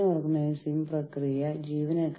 യൂണിയനുകൾ സംസാരിക്കുന്ന ചില പ്രധാന വിഷയങ്ങൾ ഇവയാണ്